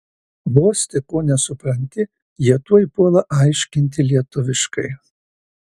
vos tik ko nesupranti jie tuoj puola aiškinti lietuviškai